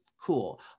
cool